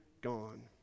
gone